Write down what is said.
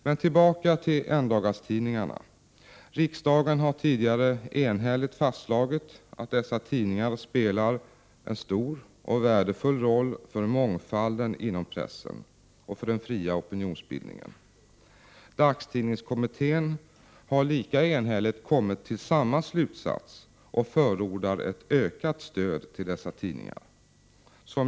Men tillbaka till endagstidningarna. Riksdagen har tidigare enhälligt fastslagit att dessa tidningar spelar en stor och värdefull roll för mångfalden inom pressen och för den fria opinionsbildningen. Dagstidningskommittén har lika enhälligt kommit till samma slutsats och förordar ett ökat stöd till dessa tidningar.